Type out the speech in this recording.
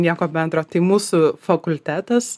nieko bendro tai mūsų fakultetas